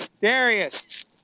Darius